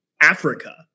Africa